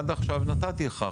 עד עכשיו נתתי לך.